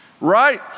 right